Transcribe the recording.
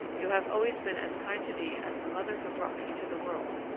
you have always been as kind to me as the mother who brought me into the world,